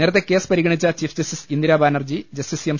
നേരത്തെ കേസ് പരിഗണിച്ച chief justice Indira Banerjee justice M